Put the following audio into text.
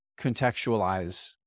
contextualize